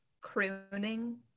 crooning